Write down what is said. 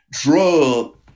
drug